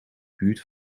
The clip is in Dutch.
buurt